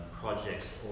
projects